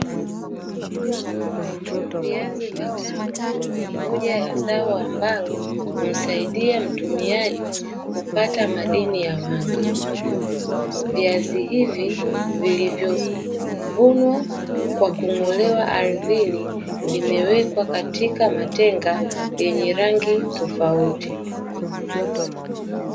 Viazi vitamu ni moja ya zao ambalo humsaidia mtumiaji kupata madini ya wanga. Viazi hivi vilivyovunwa kwa kung'olewa ardhini, vimewekwa katika matenga yenye rangi tofauti.